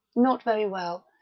not very well,